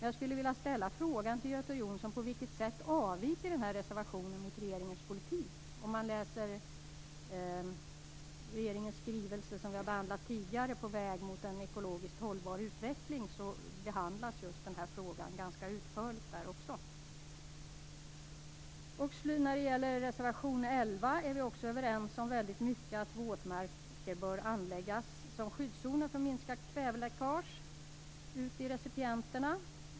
Jag skulle till Göte Jonsson vilja ställa frågan på vilket sätt den här reservationen avviker från regeringens politik. Om man läser den skrivelse från regeringen som vi tidigare har behandlat, På väg mot en ekologiskt hållbar utveckling, finner man att denna fråga där behandlas ganska utförligt. Också när det gäller reservation 11 är vi överens om väldigt mycket. Våtmarker bör anläggas som skyddszoner för att minska kväveläckaget ut i recipienterna.